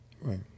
Right